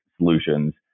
solutions